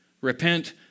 Repent